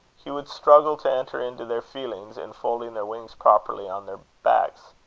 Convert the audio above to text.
he would struggle to enter into their feelings in folding their wings properly on their backs.